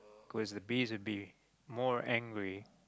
cause a bee is a bee more angry